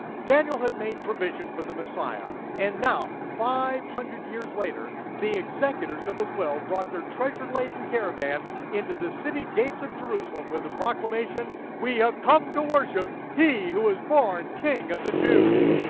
daniel had made provision for the messiah and now, five hundred years later, the executors of his will brought their treasure-laden caravan into the city gates of jerusalem with the proclamation we have come to worship he who is born king of the jews.